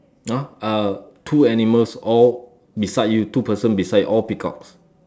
!huh! uh two animals all beside you two person beside all peacocks